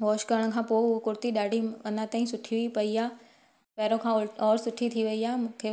wash करण खां पोइ उहो कुर्ती ॾाढी अञा ताईं सुठी हुई पई आ पहिरियों खां और ओर सुठी थी वई आहे मूंखे